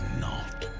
not